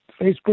Facebook